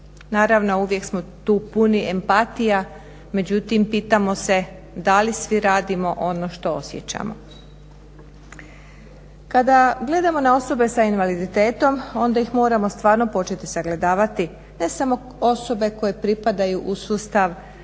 Naravno uvijek smo tu puni empatija, međutim pitamo se da li svi radimo ono što osjećamo. Kada gledamo na osobe s invaliditetom onda ih moramo stvarno početi sagledavati ne samo osobe koje pripadaju u sustav